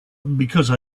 because